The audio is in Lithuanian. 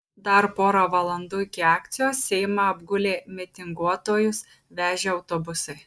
dar pora valandų iki akcijos seimą apgulė mitinguotojus vežę autobusai